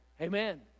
Amen